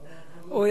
חברי הכנסת,